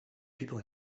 people